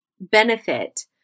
benefit